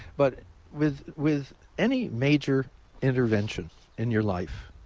but with with any major intervention in your life,